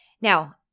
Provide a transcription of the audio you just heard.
Now